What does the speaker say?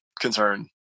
concern